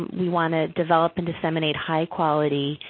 we want to develop and disseminate high quality,